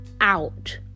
out